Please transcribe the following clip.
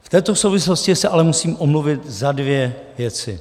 V této souvislosti se ale musím omluvit za dvě věci.